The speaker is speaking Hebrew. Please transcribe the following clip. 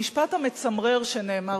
המשפט המצמרר שנאמר,